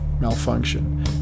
malfunction